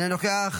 איננו נוכח,